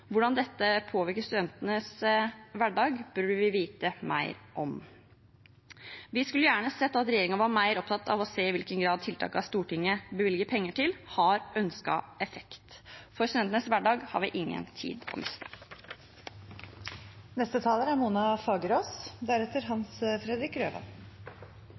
Hvordan dette påvirker studentenes hverdag, bør vi vite mer om. Vi skulle gjerne sett at regjeringen var mer opptatt av å se i hvilken grad tiltakene Stortinget bevilger penger til, har ønsket effekt, for i studentenes hverdag har vi ingen tid å miste. Hvordan er